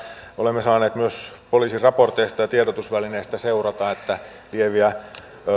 olemme saaneet myös poliisin raporteista ja tiedotusvälineistä seurata että lieviä